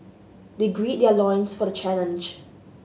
they grid their loins for the challenge